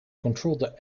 controlled